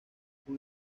con